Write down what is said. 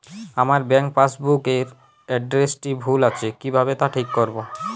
আমার bank passbook এর এড্রেসটি ভুল আছে কিভাবে তা ঠিক করবো?